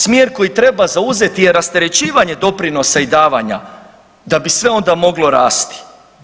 Smjer koji treba zauzeti je rasterećivanje doprinosa i davanja da bi sve onda moglo rasti.